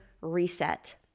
Reset